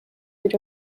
with